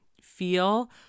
feel